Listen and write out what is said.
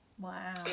Wow